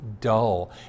dull